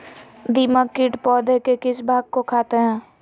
दीमक किट पौधे के किस भाग को खाते हैं?